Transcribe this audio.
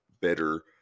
better